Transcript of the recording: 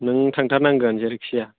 नों थांथार नांगोन जेरैखि जाया